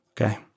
okay